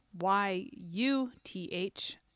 Y-U-T-H